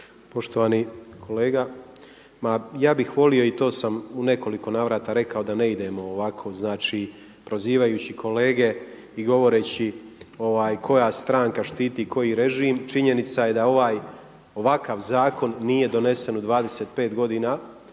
Poštovani kolega ma ja bih volio i to sam u nekoliko navrata rekao da ne idemo ovako, znači prozivajući kolege i govoreći koja stranka štiti koji režim. Činjenica je da ovaj, ovakav zakon nije donesen u 25 godina.